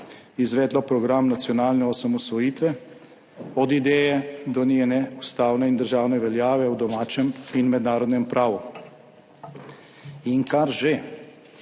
izvedlo program nacionalne osamosvojitve od ideje do njene ustavne in državne veljave v domačem in mednarodnem pravu. In kar že